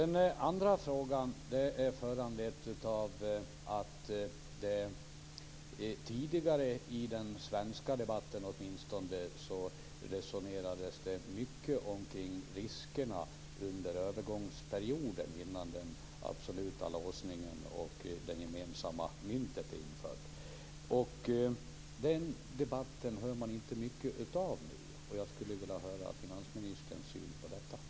Min andra fråga är föranledd av att det tidigare, åtminstone i den svenska debatten, resonerades mycket om riskerna under övergångsperioden, innan den absoluta låsningen och innan det gemensamma myntet är infört. Den debatten hörs det inte mycket av nu. Jag skulle vilja höra vad finansministern har för syn på detta.